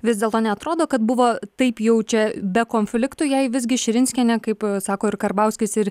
vis dėlto neatrodo kad buvo taip jau čia be konfliktų jei visgi širinskienė kaip sako ir karbauskis ir